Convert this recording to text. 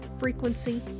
frequency